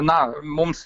na mums